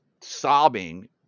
sobbing